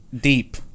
Deep